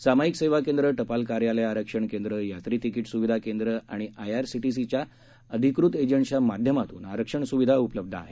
सामायिक सेवा केंद्र टपाल कार्यालय आरक्षण केंद्र यात्री तिकीट सुविधा केंद्र आणि आयआरसीटीसीच्या अधिकृत एजंट्सच्या माध्यमातूनही आरक्षण सुविधा उपलब्ध आहे